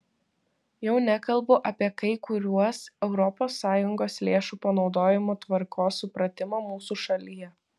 jau nekalbu apie kai kuriuos europos sąjungos lėšų panaudojimo tvarkos supratimą mūsų šalyje